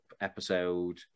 episode